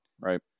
right